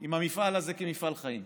עם המפעל הזה כמפעל חיים.